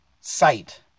sight